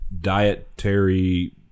dietary